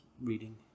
reading